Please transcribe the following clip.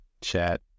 chat